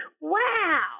Wow